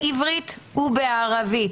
בעברית ובערבית".